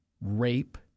rape